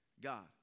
God